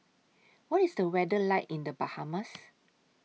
What IS The weather like in The Bahamas